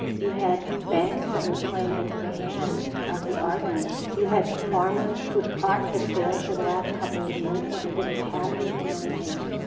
you had banks that were playing into the hands of the argument. you had farmers whose crops had failed for the last couple of years, so they didn't have anything on hand.